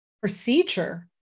procedure